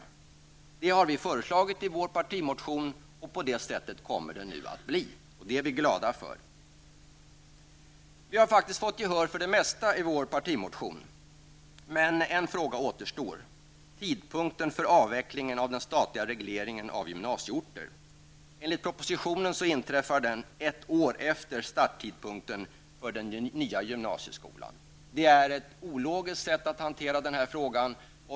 Det har vi föreslagit i vår partimotion, och så kommer det att bli. Det är vi väldigt glada för. Vi har faktiskt fått gehör för det mesta i vår partimotion. Men en fråga återstår: tidpunkten för avvecklingen av den statliga regleringen av gymnasieorter. Enligt propositionen inträffar den ett år efter starttidpunkten för den nya gymnasieskolan. Det är ett ologiskt sätt att hantera frågan.